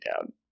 down